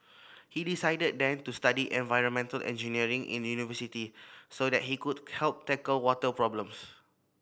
he decided then to study environmental engineering in university so that he could help tackle water problems